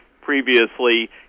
previously